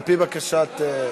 על-פי בקשת,